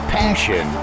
passion